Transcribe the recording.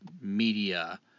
media